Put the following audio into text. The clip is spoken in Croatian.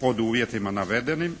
pod uvjetima navedenim